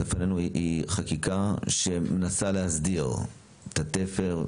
לפנינו היא חקיקה שמנסה להסדיר את התפר,